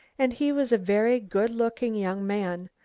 and he was a very good-looking young man,